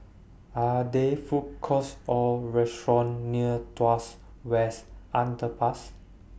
Are There Food Courts Or restaurants near Tuas West Underpass